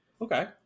okay